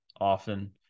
often